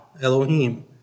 Elohim